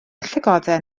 llygoden